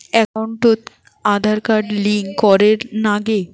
একাউন্টত কি Aadhaar card link করের নাগে?